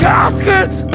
Caskets